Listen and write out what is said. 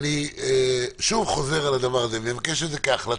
אני אגיד לך במה אתה